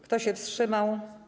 Kto się wstrzymał?